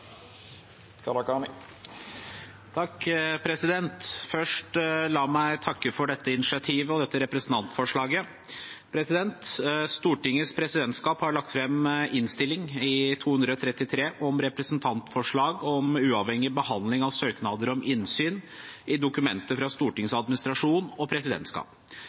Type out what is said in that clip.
La meg først få takke for dette initiativet og dette representantforslaget. Stortingets presidentskap har lagt fram Innst. 233 S for 2021–2022 om representantforslag om uavhengig behandling av søknader om innsyn i dokumenter fra Stortingets administrasjon og presidentskap.